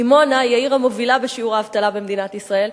דימונה היא העיר המובילה בשיעור האבטלה במדינת ישראל,